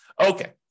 Okay